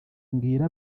mbwira